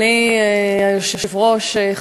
כבוד היושב-ראש,